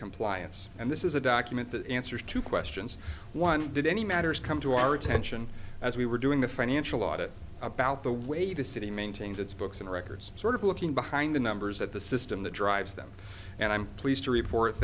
compliance and this is a document that answers to questions one did any matters come to our attention as we were doing the financial audit about the way the city maintains its books and records sort of looking behind the numbers at the system that drives them and i'm pleased to report